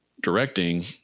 directing